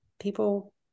people